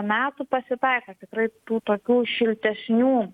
metų pasitaiko tikrai tų tokių šiltesnių